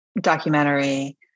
documentary